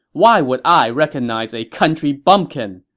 why would i recognize a country bumpkin!